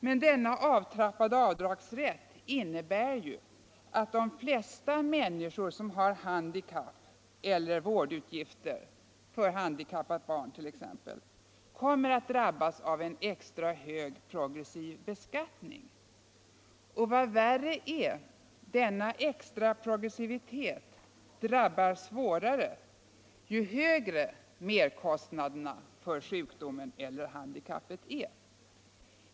Men denna avtrappade avdragsrätt innebär att de flesta människor som har handikapp eller vårdutgifter för handikappade barn kommer att drabbas av en extra hög progressiv beskattning. Och, vad värre är, denna extra progressivitet drabbar hårdare ju högre merkostnaderna för sjukdomen eller handikappet är.